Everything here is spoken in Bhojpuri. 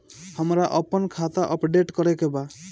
हमरा आपन खाता अपडेट करे के बा